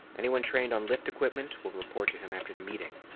anyone trained on lift equipment will report to him after the meeting.